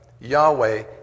Yahweh